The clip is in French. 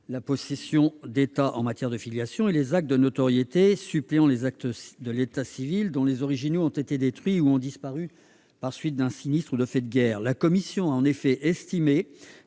la possession d'état en matière de filiation et des actes de notoriété suppléant les actes de l'état civil dont les originaux ont été détruits ou ont disparu par suite d'un sinistre ou de faits de guerre. La commission a estimé